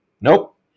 nope